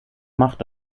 macht